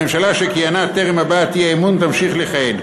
הממשלה שכיהנה טרם הבעת אי-אמון תמשיך לכהן.